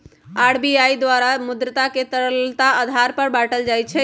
RBI द्वारा मुद्रा के तरलता के आधार पर बाटल जाइ छै